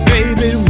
Baby